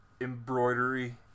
Embroidery